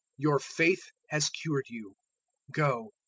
your faith has cured you go,